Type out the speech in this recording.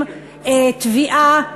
תביעה.